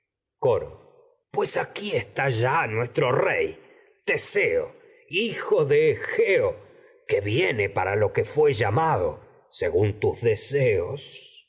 coro pues de aquí está ya nuestro rey teseo hijo egeo que viene para lo que fué llamado según tus deseos